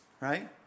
right